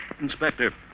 Inspector